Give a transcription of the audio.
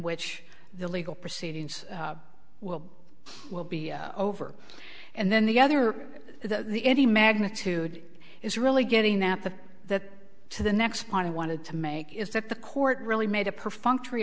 which the legal proceedings will will be over and then the other the any magnitude is really getting that the that to the next point i wanted to make is that the court really made a perfunctory